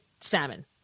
salmon